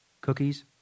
cookies